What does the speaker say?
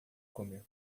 comer